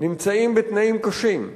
נמצאים בתנאים קשים,